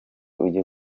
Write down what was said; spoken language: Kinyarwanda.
ujye